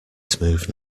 smooth